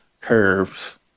curves